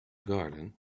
garden